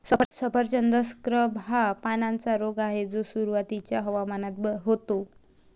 सफरचंद स्कॅब हा पानांचा रोग आहे जो सुरुवातीच्या हवामानात होतो